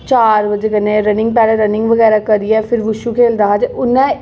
चार बजे कन्नै रनिंग पैह्ले रनिंग बगैरा करियै फ्ही वुशू खेलदा हा ते उ'न्नै